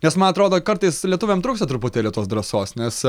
nes man atrodo kartais lietuviam trūksta truputėlį tos drąsos nes